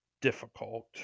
difficult